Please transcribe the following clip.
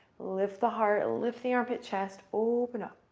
lift the heart, lift the armpit, chest. open up.